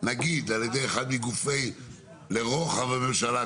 נגיד על ידי אחד מהגופים לרוחב הממשלה,